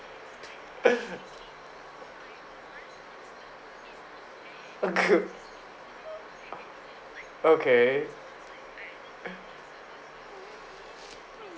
okay